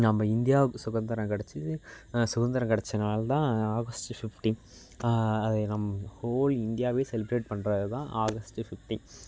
நம்ம இந்தியாவுக்கு சுதந்திரம் கெடைச்சி சுதந்திரம் கெடைச்ச நாள் தான் ஆகஸ்ட்டு ஃபிஃப்டின் அதை நம் ஹோல் இண்டியாவே செலிப்ரேட் பண்ணுறது தான் ஆகஸ்ட் ஃபிஃப்டீன்